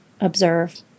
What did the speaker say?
observe